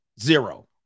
Zero